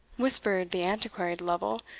whispered the antiquary to lovel,